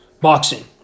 Boxing